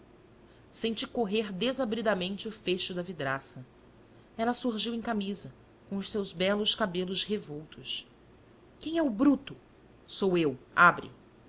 senti correr desabridamente o fecho da vidraça ela surgiu em camisa com os seus belos cabelos revoltos quem é o bruto sou eu abre